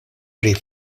pri